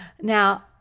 Now